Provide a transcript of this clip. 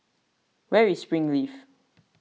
where is Springleaf